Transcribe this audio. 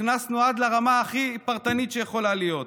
נכנסנו עד לרמה הכי פרטנית שיכולה להיות,